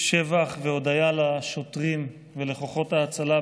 שבח והודיה לשוטרים ולכוחות ההצלה,